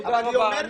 תודה רבה.